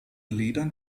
liedern